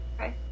Okay